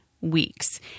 Weeks